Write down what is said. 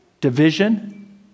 division